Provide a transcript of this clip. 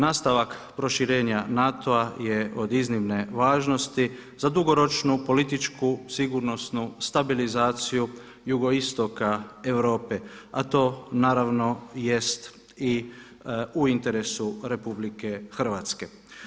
Nastavak proširenja NATO-a je od iznimne važnosti za dugoročnu političku sigurnosnu stabilizaciju jugoistoka Europe, a to naravno jest i u interesu Republike Hrvatske.